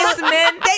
men